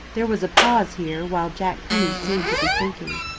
there was a pause here, while jack penny seemed to be thinking.